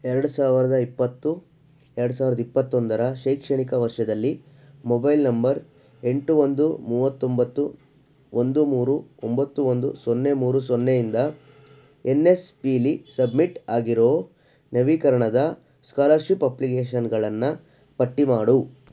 ಎರ್ಡು ಸಾವಿರ್ದ ಇಪ್ಪತ್ತು ಎರ್ಡು ಸಾವ್ರ್ದ ಇಪ್ಪತ್ತೊಂದರ ಶೈಕ್ಷಣಿಕ ವರ್ಷದಲ್ಲಿ ಮೊಬೈಲ್ ನಂಬರ್ ಎಂಟು ಒಂದು ಮೂವತ್ತೊಂಬತ್ತು ಒಂದು ಮೂರು ಒಂಬತ್ತು ಒಂದು ಸೊನ್ನೆ ಮೂರು ಸೊನ್ನೆ ಇಂದ ಎನ್ ಎಸ್ ಪೀಲಿ ಸಬ್ಮಿಟ್ ಆಗಿರೋ ನವೀಕರಣದ ಸ್ಕಾಲರ್ಶಿಪ್ ಅಪ್ಲಿಕೇಷನ್ಗಳನ್ನು ಪಟ್ಟಿ ಮಾಡು